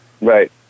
Right